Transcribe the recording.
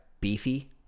beefy